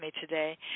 today